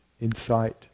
insight